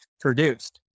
produced